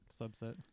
subset